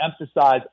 emphasize